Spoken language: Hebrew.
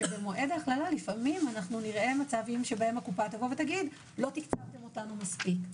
שבמועד ההכללה לפעמים נראה מצבים שהקופה תגיד: לא תקצבתם אותנו מספיק.